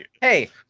Hey